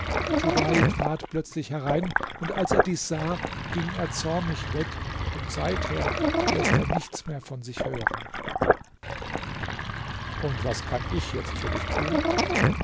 djubeir trat plötzlich herein und als er dies sah ging er zornig weg und seither läßt er nichts mehr von sich hören und was kann ich jetzt für dich tun